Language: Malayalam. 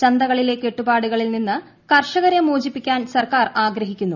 ചന്തകളിലെ കെട്ടുപാടുകളിൽ നിന്ന് കർഷകരെ മോചിപ്പിക്കാൻ സർക്കാർ ആഗ്രഹിക്കുന്നു